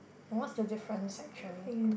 what's the difference actually